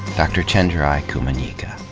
dr. chenjerai kumanyika.